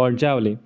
Brajavali